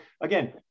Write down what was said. again